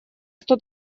что